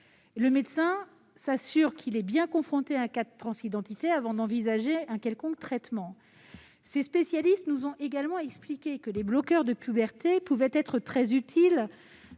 Le médecin s'assure qu'il est effectivement confronté à un cas de transidentité avant d'envisager un quelconque traitement. Ces spécialistes nous ont également expliqué que les bloqueurs de puberté pouvaient être très utiles.